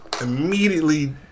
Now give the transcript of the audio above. immediately